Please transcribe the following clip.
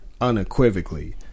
unequivocally